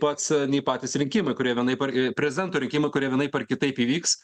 pats nei patys rinkimai kurie vienaip ar prezidento rinkimai kurie vienaip ar kitaip įvyks